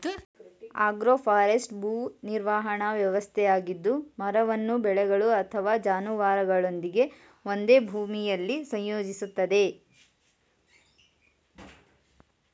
agroforestry ಭೂ ನಿರ್ವಹಣಾ ವ್ಯವಸ್ಥೆಯಾಗಿದ್ದು ಮರವನ್ನು ಬೆಳೆಗಳು ಅಥವಾ ಜಾನುವಾರುಗಳೊಂದಿಗೆ ಒಂದೇ ಭೂಮಿಲಿ ಸಂಯೋಜಿಸ್ತದೆ